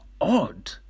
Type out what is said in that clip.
odd